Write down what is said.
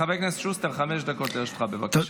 חבר הכנסת שוסטר, חמש דקות לרשותך, בבקשה.